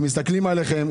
הם מסתכלים עליכם,